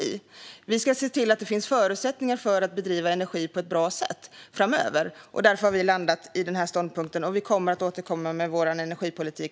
Vi politiker ska se till att det finns förutsättningar för att framöver bedriva energi på ett bra sätt. Kristdemokraterna har därför landat i denna ståndpunkt. Vi kommer under våren att återkomma med vår energipolitik.